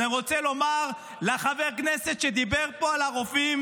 אז אני רוצה לומר לחבר הכנסת שדיבר פה על הרופאים